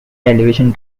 television